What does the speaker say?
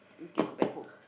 we can go back home